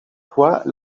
fois